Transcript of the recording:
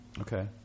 Okay